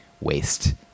waste